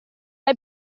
hai